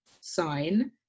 sign